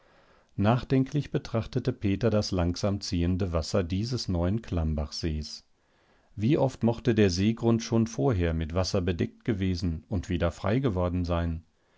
nachdenklich betrachtete peter das langsam ziehende wasser dieses neuen klammbachsees wie oft mochte der seegrund schon vorher mit wasser bedeckt gewesen und wieder frei geworden sein